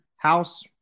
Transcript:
House